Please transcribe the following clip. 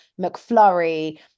McFlurry